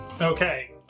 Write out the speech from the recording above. Okay